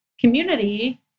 community